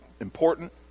important